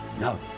No